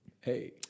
hey